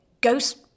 ghost